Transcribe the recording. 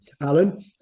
alan